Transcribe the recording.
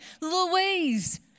Louise